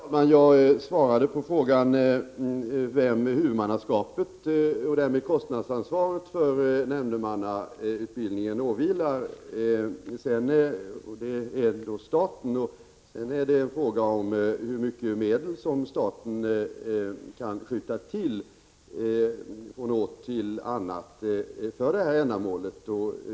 Herr talman! Jag svarade på frågan vem huvudmannaskapet och därmed kostnadsansvaret för nämndemannautbildningen åvilar, och det är då staten. Sedan är det en fråga om hur mycket medel som staten kan skjuta till från år till annat för det här ändamålet.